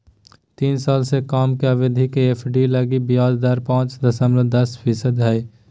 तीन साल से कम के अवधि के एफ.डी लगी ब्याज दर पांच दशमलब दस फीसदी हइ